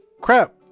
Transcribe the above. Crap